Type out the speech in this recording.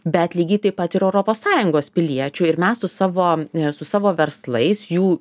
bet lygiai taip pat ir europos sąjungos piliečių ir mes su savo su savo verslais jų